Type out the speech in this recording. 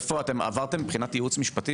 עברתם בחינת ייעוץ משפטי,